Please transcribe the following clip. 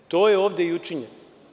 To je ovde i učinjeno.